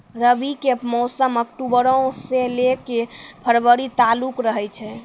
रबी के मौसम अक्टूबरो से लै के फरवरी तालुक रहै छै